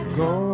go